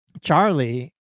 charlie